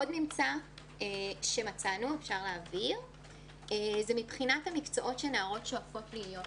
עוד ממצא שמצאנו הוא מבחינת המקצעות שנערות שואפות אליהם.